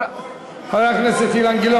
הכול,